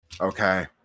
Okay